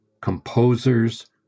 composers